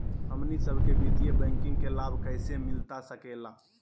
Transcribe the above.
हमनी सबके वित्तीय बैंकिंग के लाभ कैसे मिलता सके ला?